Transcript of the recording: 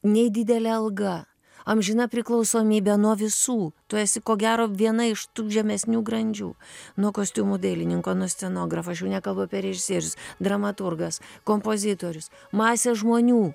nei didelė alga amžina priklausomybė nuo visų tu esi ko gero viena iš tų žemesnių grandžių nuo kostiumų dailininko nuo scenografo aš jau nekalbu apie režisierius dramaturgas kompozitorius masė žmonių